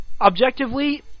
Objectively